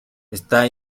esta